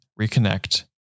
reconnect